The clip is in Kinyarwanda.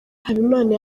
habimana